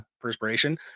perspiration